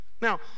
Now